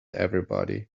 everybody